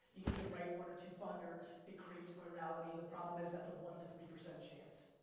you get the right one or two funders, it creates virality. the problem is, that's a one to three percent chance.